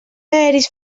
aeris